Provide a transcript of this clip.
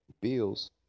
bills